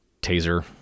taser